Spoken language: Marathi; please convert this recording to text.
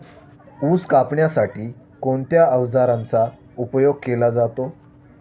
ऊस कापण्यासाठी कोणत्या अवजारांचा उपयोग केला जातो?